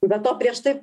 be to prieš tai